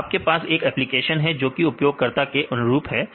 तो आपके पास एक एप्लीकेशन है जोकि उपयोगकर्ता के अनुरूप है